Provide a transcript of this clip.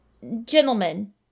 gentlemen